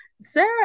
Sarah